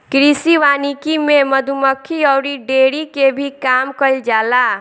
कृषि वानिकी में मधुमक्खी अउरी डेयरी के भी काम कईल जाला